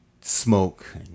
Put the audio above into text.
smoke